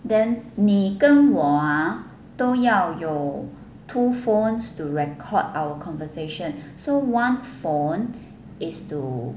then 你跟我 ha 都要有 two phones to record our conversation so one phone is to